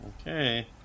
Okay